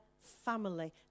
family